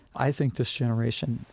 i think this generation,